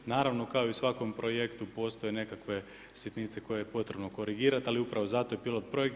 Naravno kao i u svakom projektu, postoje nekakve sitnice, koje je potrebno korigirati, ali upravo zato je pilot projekt.